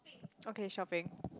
okay shopping